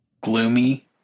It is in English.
gloomy